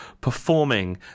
performing